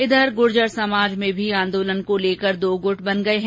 इधर गुर्जर समाज में भी आंदोलन को लेकर दो गुट बन गये हैं